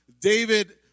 David